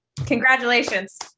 Congratulations